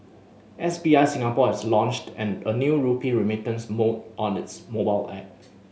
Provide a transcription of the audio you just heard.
S B I Singapore has launched an a new rupee remittance mode on its mobile app